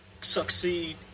Succeed